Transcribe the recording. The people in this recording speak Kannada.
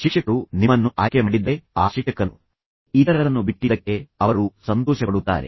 ಶಿಕ್ಷಕರು ನಿಮ್ಮನ್ನು ಆಯ್ಕೆ ಮಾಡಿದ್ದರೆ ಆ ಶಿಕ್ಷಕನು ಇತರರನ್ನು ಬಿಟ್ಟಿದ್ದಕ್ಕೆ ಅವರು ಸಂತೋಷಪಡುತ್ತಾರೆ